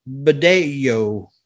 Badeo